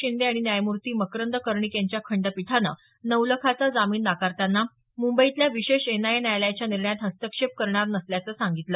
शिंदे आणि न्यायमूर्ती मकरंद कर्णिक यांच्या खंडपीठाने नवलखाचा जामीन नाकारताना मुंबईतल्या विशेष एनआयए न्यायालयाच्या निर्णयात हस्तक्षेप करणार नसल्याचं सांगितलं